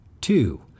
Two